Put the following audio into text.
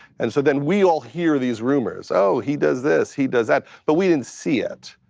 and so then, we all hear these rumors. oh, he does this, he does that. but we didn't see it,